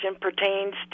pertains